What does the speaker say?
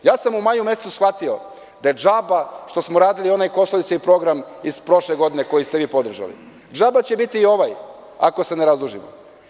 U maju mesecu sam shvatio da je džaba što smo radili onaj program iz prošle godine koji ste vi podržali, džaba će biti i ovaj ako se ne razdužimo.